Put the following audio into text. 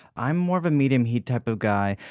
i'm more of a medium heat type of guy,